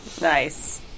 Nice